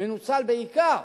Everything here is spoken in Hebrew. מנוצל בעיקר